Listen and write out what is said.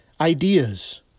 ideas